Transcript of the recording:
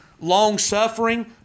long-suffering